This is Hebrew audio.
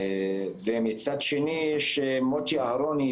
מצד שני יש את מוטי אהרוני,